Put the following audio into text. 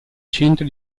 centro